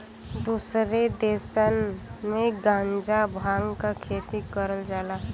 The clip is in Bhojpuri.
दुसरे देसन में गांजा भांग क खेती करल जाला